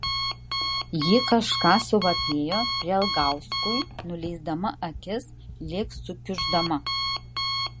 ji kažką suvapėjo prielgauskui nuleisdama akis lyg sukiuždama